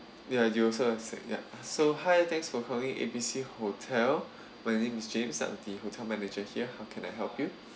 ya you also have to say ya so hi thanks for calling A B C hotel my name is james I'm the hotel manager here how can I help you